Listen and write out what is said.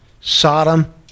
Sodom